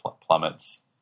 plummets